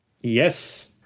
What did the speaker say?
Yes